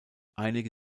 einige